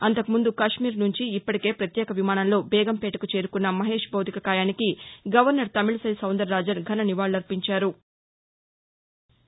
అంతకుముందు కశ్నీర్ నుంచి ఇప్పటికే ప్రత్యేక విమానంలో బేగంపేటకు చేరుకున్న మహేశ్ భౌతికకాయానికి గవర్నర్ తమిళిసై సౌందరరాజన్ ఘన నివాళులర్పించారు